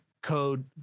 code